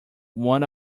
one